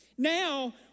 Now